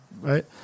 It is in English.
right